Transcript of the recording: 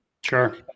Sure